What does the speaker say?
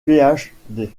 phd